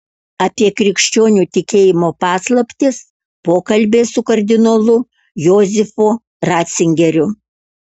apie krikščionių tikėjimo paslaptis pokalbiai su kardinolu jozefu racingeriu